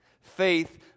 faith